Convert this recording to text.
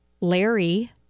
Larry